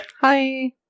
Hi